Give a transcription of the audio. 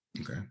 Okay